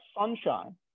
sunshine